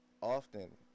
often